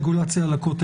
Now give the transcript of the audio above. זה כמו הרגולציה על הכותל.